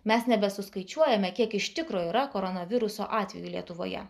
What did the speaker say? mes nebesuskaičiuojame kiek iš tikro yra koronaviruso atvejų lietuvoje